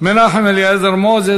מנחם אליעזר מוזס.